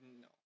no